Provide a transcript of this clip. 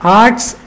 arts